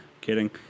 Kidding